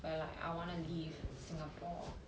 that like I wanna leave singapore